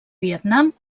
vietnam